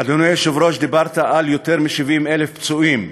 אדוני היושב-ראש, דיברת על יותר מ-70,000 פצועים,